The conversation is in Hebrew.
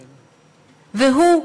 הוא,